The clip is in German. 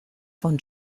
von